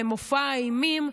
למופע האימים,